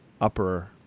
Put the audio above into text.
upper